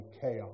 chaos